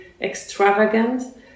extravagant